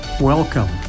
Welcome